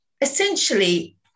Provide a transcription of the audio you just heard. Essentially